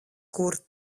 kur